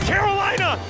Carolina